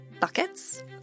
buckets